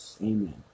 Amen